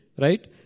Right